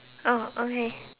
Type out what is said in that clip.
oh okay